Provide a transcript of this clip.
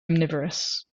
omnivorous